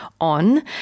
on